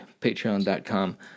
patreon.com